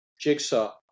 jigsaw